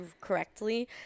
correctly